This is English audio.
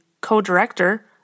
co-director